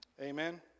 Amen